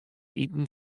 iten